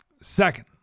Second